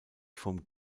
vom